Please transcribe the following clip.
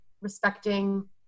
respecting